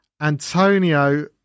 Antonio